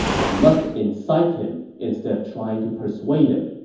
i must incite him instead of trying to persuade him.